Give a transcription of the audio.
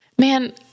Man